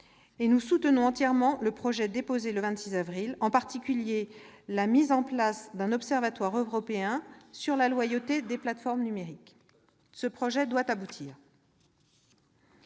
nous soutenons entièrement le projet déposé le 26 avril dernier, en particulier la mise en place d'un observatoire européen sur la loyauté des plateformes numériques. Ce projet doit aboutir.